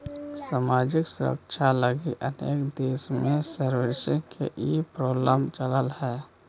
सामाजिक सुरक्षा लगी अनेक देश में सेविंग्स के ई प्रकल्प चलऽ हई